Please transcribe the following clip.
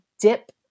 dip